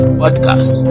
podcast